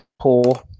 poor